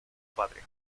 patria